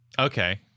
Okay